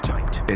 Tight